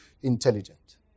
intelligent